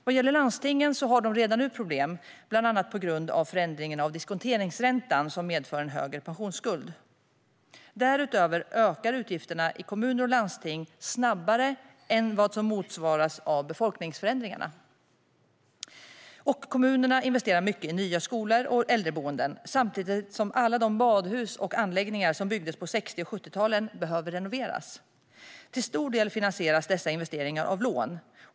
Vad gäller landstingen har de redan nu problem, bland annat på grund av förändringen av diskonteringsräntan som medför en högre pensionsskuld. Därutöver ökar utgifterna i kommuner och landsting snabbare än vad som motsvaras av befolkningsförändringarna. Kommunerna investerar också mycket i nya skolor och äldreboenden, samtidigt som alla de badhus och anläggningar som byggdes på 60 och 70-talen behöver renoveras. Till stor del finansieras dessa investeringar av lån.